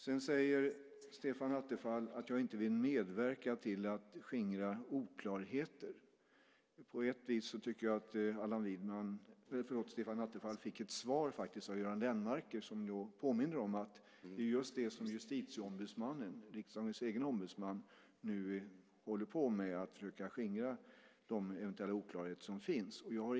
Sedan säger Stefan Attefall att jag inte vill medverka till att skingra oklarheter. På ett vis tycker jag att Stefan Attefall faktiskt fick ett svar av Göran Lennmarker som påminner om att det är just det som Justitieombudsmannen, riksdagens egen ombudsman, nu håller på med, nämligen att försöka skingra de eventuella oklarheter som finns.